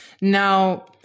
now